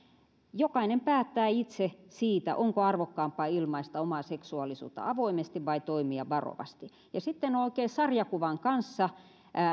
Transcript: jokainen päättää itse siitä onko arvokkaampaa ilmaista omaa seksuaalisuutta avoimesti vai toimia varovasti sitten on oikein sarjakuvan kanssa